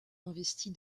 investie